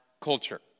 culture